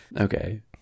Okay